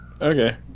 Okay